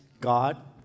God